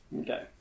Okay